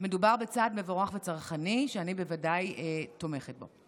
מדובר בצעד מבורך וצרכני, שאני בוודאי תומכת בו.